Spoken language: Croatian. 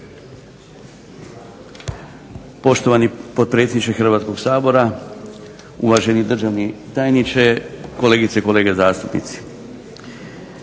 gospodine potpredsjedniče Hrvatskog sabora. Gospodo državni tajnici, kolegice i kolege zastupnici.